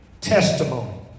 testimony